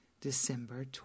December